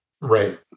Right